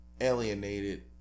alienated